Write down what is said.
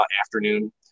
afternoon